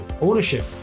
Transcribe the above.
ownership